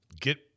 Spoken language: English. get